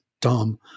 dumb